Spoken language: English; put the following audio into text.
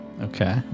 Okay